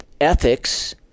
ethics